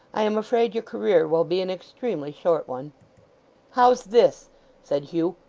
i am afraid your career will be an extremely short one how's this said hugh.